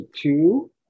two